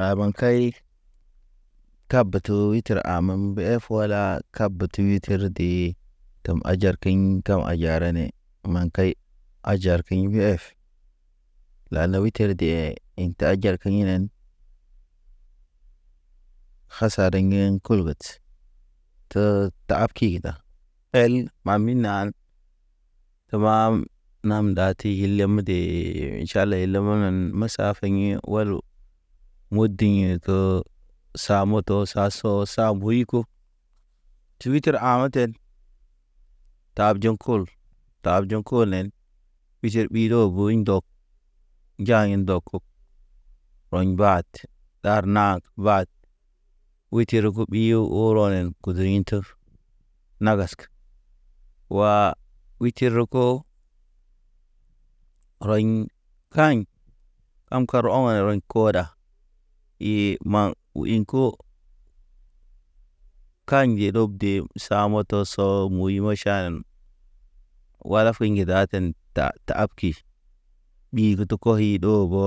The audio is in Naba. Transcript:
Ra ɓaŋ kai kab tu hitir a mem mbe ef, tuwala kab tu hitir de tem hajar kiŋ tem haja rane. Ma kai, hajar kiŋ bi ef. Lala wuy ter de inta hajar ki hinen, hasa reŋgeŋ kulget. Te tahab kig da, el mami nal te mam nam ndat. Ti hile mede ʃal. Tala ila menem masa feɲi walu. Modiɲe ke, sa moto sa so sa buyko. Twiter ha maten tab jɔŋ kul, tab jɔŋ kul nen, ɓijer ɓi ɗo boy ŋdɔg, nja hen ndɔ kok. Rɔɲ mbat ɗar nag bad, wuy terɔ ge ɓiyo o rɔnen koz ɲin ter. Nagaskə wa wuy tiroko, rɔɲ ka̰ɲ, ɗam kor ɔŋ rɔɲ ko da. I maŋ wuɲ ko, ka̰je rob de isa mɔtɔ sɔ muy maʃan. Wala fiŋgi da ten ta tahab ki, ɓi ge tɔ koy ɗoobɔ